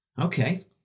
Okay